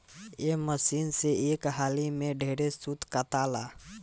ए machine से एक हाली में ढेरे सूत काताला